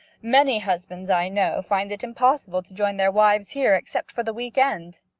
many husbands, i know, find it impossible to join their wives here except for the week-end.